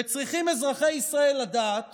וצריכים אזרחי ישראל לדעת